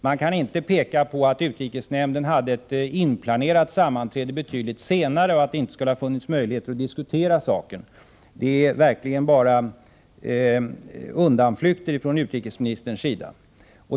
Man kan inte peka på att utrikesnämnden hade ett inplanerat sammanträde betydligt senare och påstå att det inte fanns möjlighet att diskutera saken. Det är verkligen bara undanflykter från utrikesministerns sida.